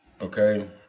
Okay